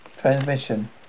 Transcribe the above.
transmission